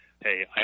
hey